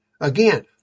Again